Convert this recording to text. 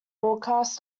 broadcasts